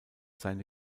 seine